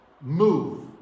move